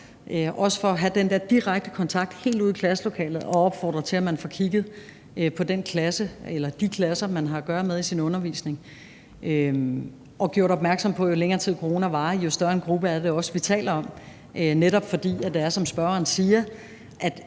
også for at have den der direkte kontakt helt ud i klasselokalet, og opfordret til, at man får kigget på den eller de klasser, man har at gøre med i sin undervisning, og gjort opmærksom på, at jo længere tid corona varer, jo større en gruppe er det også, vi taler om, netop fordi der, som spørgeren siger,